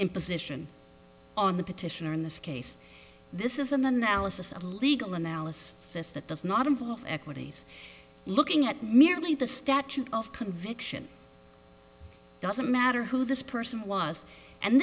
imposition on the petitioner in this case this is an analysis of a legal analysis that does not involve equities looking at merely the statute of conviction doesn't matter who this person was and